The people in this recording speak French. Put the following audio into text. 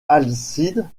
alcide